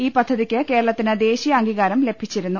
ഈ പദ്ധതിയ്ക്ക് കേരളത്തിന് ദേശീയ അംഗീകാരം ലഭിച്ചിരുന്നു